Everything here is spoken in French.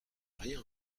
rien